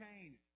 changed